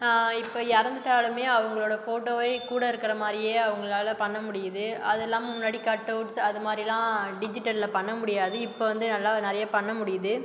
இப்போ இறந்துட்டாலுமே அவங்களோடய ஃபோட்டோவை கூட இருக்கின்ற மாதிரியே அவங்களால பண்ண முடியிது அதுயில்லாமல் முன்னாடி கட்அவுட்ஸ் அதுமாறிலா டிஜிட்டலை பண்ண முடியாது இப்போ வந்து நல்லா நிறையா பண்ண முடியுது